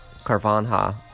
Carvanha